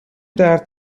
درد